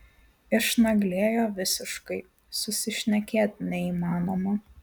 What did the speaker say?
išnaglėjo visiškai susišnekėt neįmanoma